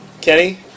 Kenny